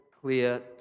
clear